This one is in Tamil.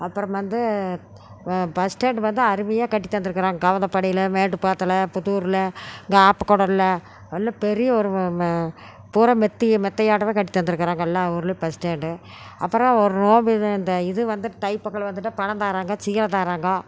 அப்பறம் வந்து பஸ் ஸ்டேண்டு வந்து அருமையாக கட்டித்தந்துருக்குறாங்க கவுந்தபாடியில் மேட்டுப்பாளயத்துல புதூரில் இங்கே ஆப்பக்கூடலில் நல்ல பெரிய ஒரு பூரா மெத்தையாட்டாம் கட்டித் தந்துருக்குறாங்க எல்லா ஊர்லேயும் பஸ் ஸ்டாண்டு அப்புறம் ஒரு நோன்பி இது இந்த இது வந்து தை பொங்கல் வந்துட்டு பணம் தாராங்க சேல தாராங்க